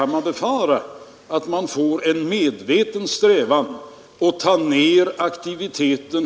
Men, herr talman, det räcker inte med detta.